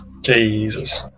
Jesus